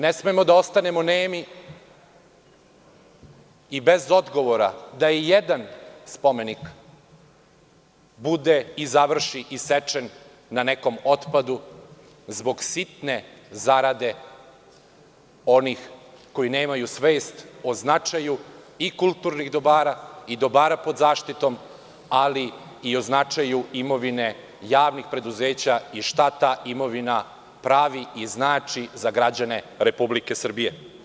Ne smemo da ostanemo nemi i bez odgovora da i jedan spomenik bude i završi isečen na nekom otpadu zbog sitne zarade onih koji nemaju svest o značaju i kulturnih dobara i dobara pod zaštitom, ali i o značaju imovine javnih preduzeća i šta ta imovina pravi i znači za građane Republike Srbije.